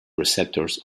receptors